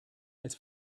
als